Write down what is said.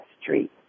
street